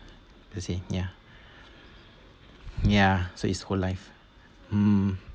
that's it ya so it's whole life mm